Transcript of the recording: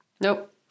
Nope